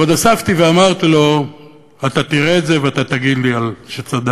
ועוד הוספתי ואמרתי לו: אתה תראה את זה ואתה תגיד לי שצדקתי.